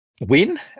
win